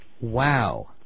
Wow